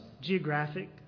geographic